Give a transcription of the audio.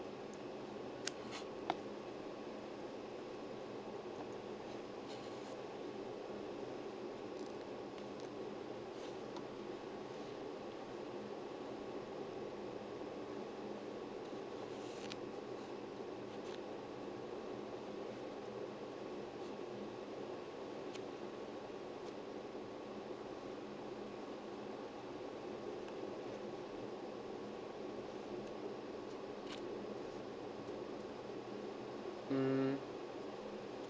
mm